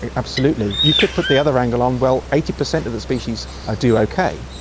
ah absolutely. you could put the other angle on, well, eighty percent of the species ah do okay,